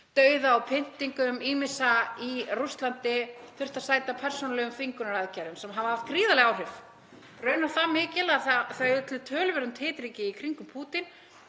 dauða og pyndingum ýmissa í Rússlandi þurft að sæta persónulegum þvingunaraðgerðum sem hafa haft gríðarleg áhrif. Raunar það mikil að þau ollu töluverðum titringi í kringum Pútín